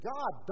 God